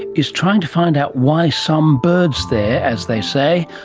is trying to find out why some birds there, as they say,